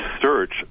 search